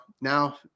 now